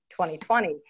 2020